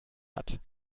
hat